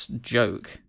joke